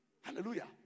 Hallelujah